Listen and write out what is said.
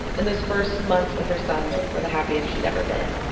and those first months with her son were the happiest she'd ever been.